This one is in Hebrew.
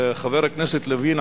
חבר הכנסת לוין,